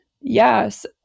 Yes